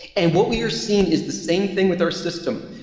and what we are seeing is the same thing with our system.